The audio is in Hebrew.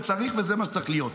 וזה מה שצריך להיות.